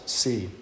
see